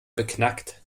beknackt